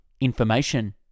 information